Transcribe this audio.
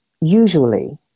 usually